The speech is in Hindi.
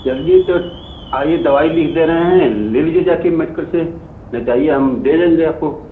चलिए तो आएं दवाई लिख दे रहे हैं ले लीजिए जाके मेडिकल से न जाइए हम दे देंगे आपको